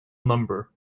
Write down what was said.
number